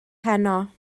heno